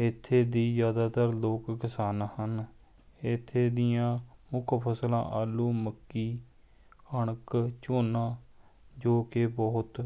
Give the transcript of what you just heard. ਇੱਥੇ ਦੇ ਜ਼ਿਆਦਾਤਰ ਲੋਕ ਕਿਸਾਨ ਹਨ ਇੱਥੇ ਦੀਆਂ ਮੁੱਖ ਫਸਲਾਂ ਆਲੂ ਮੱਕੀ ਕਣਕ ਝੋਨਾ ਜੋ ਕਿ ਬਹੁਤ